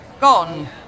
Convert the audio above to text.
Gone